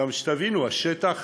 גם, שתבינו, השטח